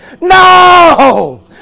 No